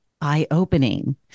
eye-opening